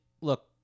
look